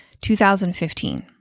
2015